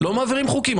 לא מעבירים חוקים.